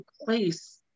place